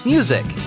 Music